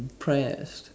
impressed